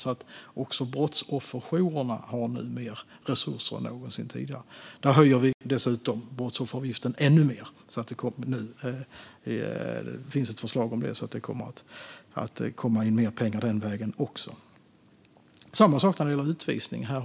De har alltså också mer resurser nu än någonsin tidigare. Vi har dessutom ett förslag om att höja brottsofferavgiften ännu mer, så det kommer att komma in mer pengar den vägen också. Det är samma sak när det gäller utvisning.